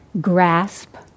grasp